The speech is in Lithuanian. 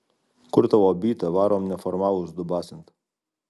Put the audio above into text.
kur tavo byta varom neformalus dubasint